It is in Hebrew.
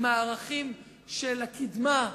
עם הערכים של הקידמה,